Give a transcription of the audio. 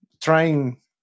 trying